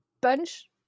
bunch